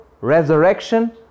resurrection